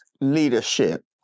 leadership